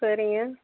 சரிங்க